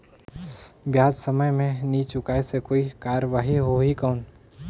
ब्याज समय मे नी चुकाय से कोई कार्रवाही होही कौन?